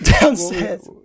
Downstairs